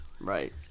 Right